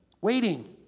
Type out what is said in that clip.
waiting